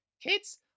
Kids